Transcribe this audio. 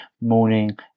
morning